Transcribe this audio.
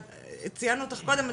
ציינו אתכם קודם,